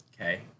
Okay